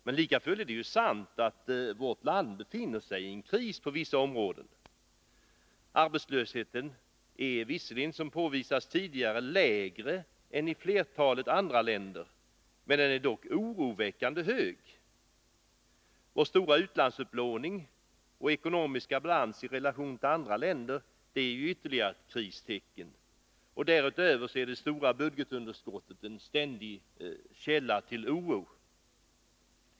Men likafullt är det sant att vårt land på vissa områden befinner sig i kris. Arbetslösheten är visserligen, som har påvisats tidigare i debatten, lägre än i flertalet andra länder, men den är dock oroväckande hög. Vår stora utlandsupplåning och ekonomiska balans i relation till andra länder är ytterligare kristecken. Därutöver är det stora budgetunderskottet en källa till ständig oro.